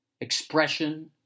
expression